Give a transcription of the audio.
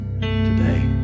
today